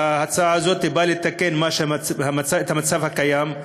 ההצעה הזאת באה לתקן את המצב הקיים,